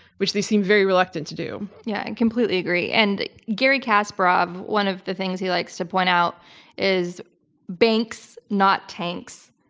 which they seem very reluctant to do. yeah i and completely agree and garry kasparov, one of the things he likes to point out is banks not tanks.